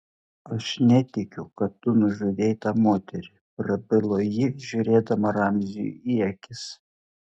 aš netikiu kad tu nužudei tą moterį prabilo ji žiūrėdama ramziui į akis